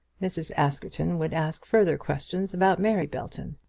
mrs. askerton would ask further questions about mary belton.